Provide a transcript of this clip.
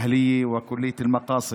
אל-אהליה של עמאן ומכללת אל-מקאסד.)